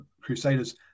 Crusaders